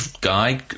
guy